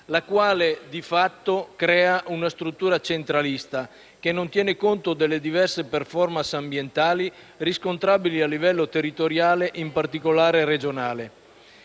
la quale, di fatto, crea una struttura centralista, che non tiene conto delle diverse *performance* ambientali riscontrabili a livello territoriale, in particolare regionale.